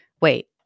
wait